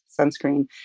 sunscreen